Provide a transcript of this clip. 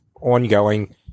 ongoing